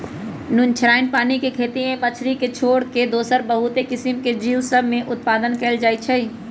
नुनछ्राइन पानी के खेती में मछरी के छोर कऽ दोसरो बहुते किसिम के जीव सभ में उत्पादन कएल जाइ छइ